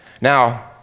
Now